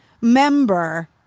member